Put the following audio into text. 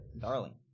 darling